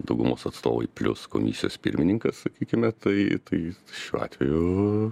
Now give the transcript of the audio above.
daugumos atstovai plius komisijos pirmininkas sakykime tai tai šiuo atveju